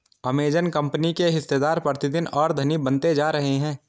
Amazon company के हिस्सेदार प्रतिदिन और धनी बनते जा रहे हैं